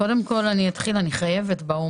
קודם כול, אתחיל בהומור.